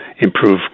improve